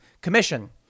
commission